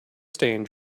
stain